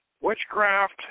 witchcraft